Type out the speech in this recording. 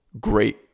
great